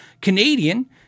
Canadian